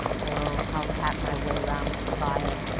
oh, i'll tap my way around to the byre,